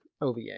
OVA